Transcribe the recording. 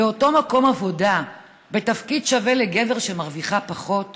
באותו מקום עבודה בתפקיד שווה לגבר שמרוויחה פחות,